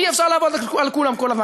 אי-אפשר לעבוד על כולם כל הזמן.